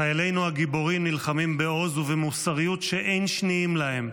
חיילינו הגיבורים נלחמים בעוז ובמוסריות שאין שניים להם,